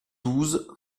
douze